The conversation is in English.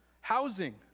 housing